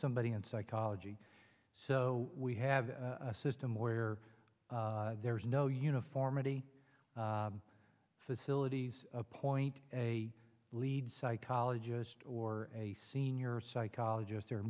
somebody in psychology so we have a system where there is no uniformity facilities appoint a lead psychologist or a senior psychologist or